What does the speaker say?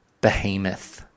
behemoth